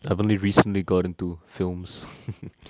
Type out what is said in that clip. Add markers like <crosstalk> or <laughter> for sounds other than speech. I've have only recently got into films <noise>